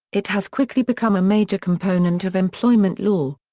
it has quickly become a major component of employment law.